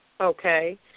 Okay